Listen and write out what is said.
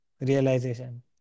realization